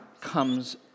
comes